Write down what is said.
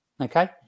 Okay